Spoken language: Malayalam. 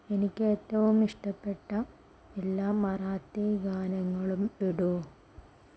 എനിക്ക് ഏറ്റവും ഇഷ്ടപ്പെട്ട എല്ലാ മറാത്തി ഗാനങ്ങളും ഇടൂ